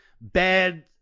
bad